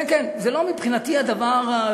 זה לא מבחינתי הדבר,